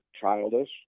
childish